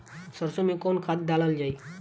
सरसो मैं कवन खाद डालल जाई?